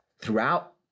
throughout